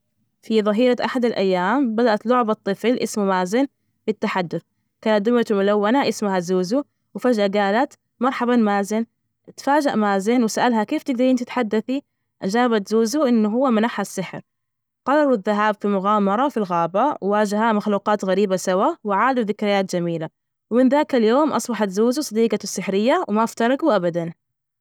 في ظهيرة أحد الأيام، بدأت لعبة طفل اسمه مازن بالتحدث. كان دومية ملونة اسمها زوزو. وفجأة جالت مرحبا مازن. اتفاجئ مازن وسألها كيف تجدرين تتحدثي؟ أجابت زوزو، إنه هو منحها السحر. قرروا الذهاب في مغامرة في الغابة. واجها مخلوقات غريبة سوا. وعادوا ذكريات جميلة. ومن ذاك اليوم أصبحت زوزو صديقته السحرية، وما افترجوا أبدا.